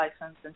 license